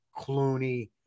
Clooney